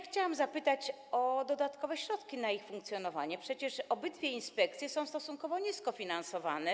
Chciałabym zapytać o dodatkowe środki na ich funkcjonowanie, bo przecież obydwie inspekcje są stosunkowo nisko finansowane.